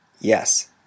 Yes